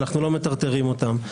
ואנחנו לא מטרטרים אותם,